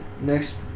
next